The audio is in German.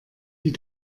die